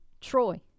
Troy